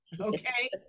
okay